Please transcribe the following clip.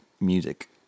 music